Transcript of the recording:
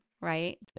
right